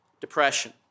depression